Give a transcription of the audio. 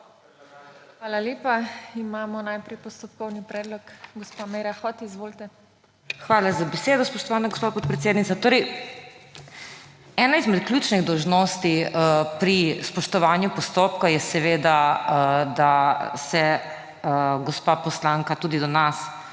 Hvala lepa. Imamo najprej postopkovni predlog. Gospa Meira Hot, izvolite. **MAG. MEIRA HOT (PS SD):** Hvala za besedo, spoštovana gospa podpredsednica. Ena izmed ključnih dolžnosti pri spoštovanju postopka je seveda, da se gospa poslanka tudi do nas